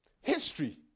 History